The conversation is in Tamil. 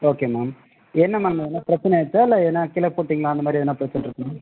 ஓகே மேம் என்ன மேம் எதுனா பிரச்சனை ஆகிடிச்சா இல்லை எதுனா கீழே போட்டீங்களா அந்த மாதிரி எதுனா பிரச்சனை இருக்குதா